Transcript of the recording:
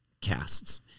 casts